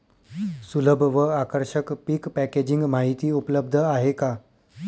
सुलभ व आकर्षक पीक पॅकेजिंग माहिती उपलब्ध आहे का?